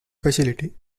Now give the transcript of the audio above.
facility